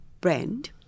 brand